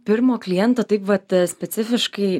pirmo kliento taip vat specifiškai